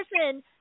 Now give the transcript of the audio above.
person